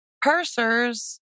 pursers